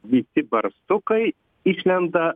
visi barsukai išlenda